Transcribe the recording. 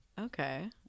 Okay